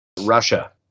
Russia